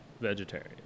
vegetarian